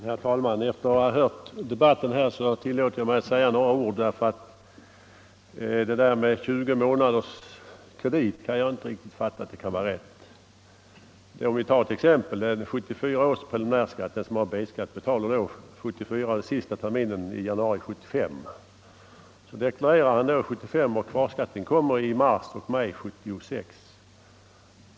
Herr talman! Efter att ha åhört debatten här tillåter jag mig att säga några ord. Jag kan nämligen inte förstå att talet om 20 månaders kredit kan vara riktigt. Låt mig ta ett exempel. Den som har B-skatt betalar in preliminärskatten för sista terminen 1974 i januari 1975. Så deklarerar han då 1975, och kvarskatten inbetalas i mars och maj 1976.